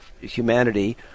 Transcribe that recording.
humanity